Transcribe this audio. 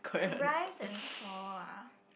rise and fall ah